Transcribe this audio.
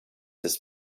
this